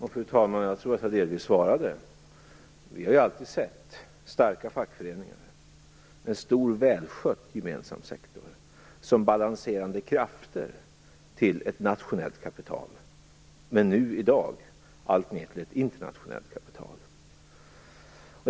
Fru talman! Jag tror att jag delvis svarade på den frågan. Vi har alltid sett starka fackföreningar och en stor, välskött gemensam sektor som balanserande krafter till ett nationellt kapital, nu i dag alltmer till ett internationellt kapital.